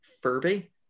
Furby